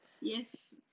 Yes